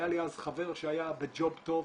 היה לי אז חבר שהיה בג'וב טוב,